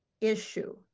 issue